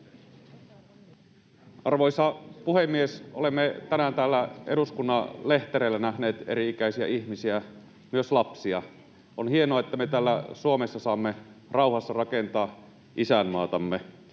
Arvoisa puhemies! Olemme tänään täällä eduskunnan lehtereillä nähneet eri-ikäisiä ihmisiä, myös lapsia. On hienoa, että me täällä Suomessa saamme rauhassa rakentaa isänmaatamme.